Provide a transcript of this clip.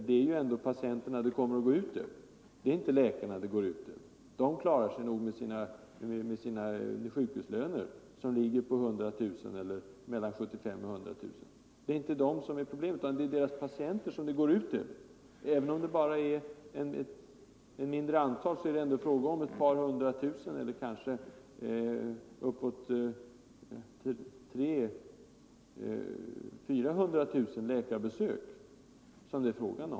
Det är ju ändå patienterna det kommer att gå ut över och inte läkarna — de klarar sig nog på sina sjukhuslöner som ligger mellan 75 000 och 100 000 kronor. Det är inte de som får problem, utan det är deras patienter. Även om det bara gäller ett mindre antal läkare, kan det ändå vara fråga om 300 000-400 000 läkarbesök per år.